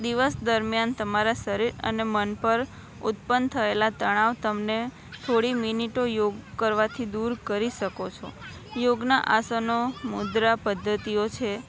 દિવસ દરમ્યાન તમારા શરીર અને મન પર ઉત્પન્ન થયેલા તણાવ તમને થોડી મિનિટો યોગ કરવાથી દૂર કરી શકો છો યોગના આસનો મુદ્રા પદ્ધતિઓ છે